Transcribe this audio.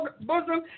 bosom